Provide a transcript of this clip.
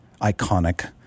iconic